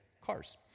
cars